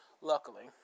luckily